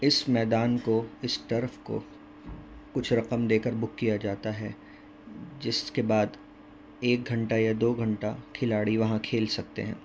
اس میدان کو اس ٹرف کو کچھ رقم دے کر بک کیا جاتا ہے جس کے بعد ایک گھنٹہ یا دو گھنٹہ کھلاڑی وہاں کھیل سکتے ہیں